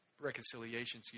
reconciliation